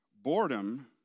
Boredom